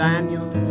Daniel